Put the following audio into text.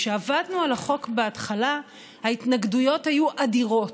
כשעבדנו על החוק בהתחלה ההתנגדויות היו אדירות,